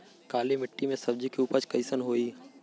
काली मिट्टी में सब्जी के उपज कइसन होई?